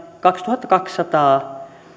kaksituhattakaksisataa